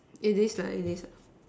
it is lah it is lah